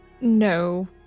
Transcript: No